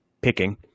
picking